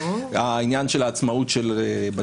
העניין של העצמאות של בתי המשפט.